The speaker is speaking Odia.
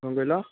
କ'ଣ କହିଲ